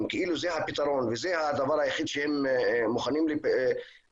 כאילו זה הפתרון וזה הדבר היחיד שהם מוכנים לפתור